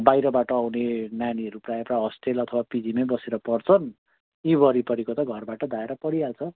बाहिरबाट आउने नानीहरू प्रायः प्रायः हस्टेल अथवा पिजीमै बसेर पढ्छन् यहीँ वरिपरिको त घरबाट धाएर पढिहाल्छ